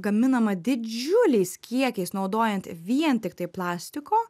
gaminama didžiuliais kiekiais naudojant vien tiktai plastiko